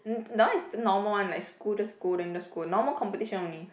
that one is normal one like school just go then just go normal competition only